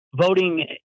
voting